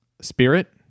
spirit